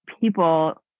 people